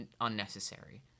unnecessary